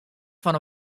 fan